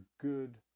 good